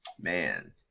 man